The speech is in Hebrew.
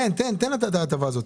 אני אומר לתת את ההטבה הזאת.